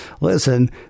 listen